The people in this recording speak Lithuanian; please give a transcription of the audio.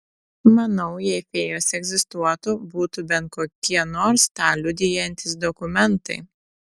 manau jei fėjos egzistuotų būtų bent kokie nors tą liudijantys dokumentai